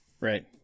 Right